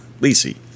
Lisi